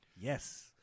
Yes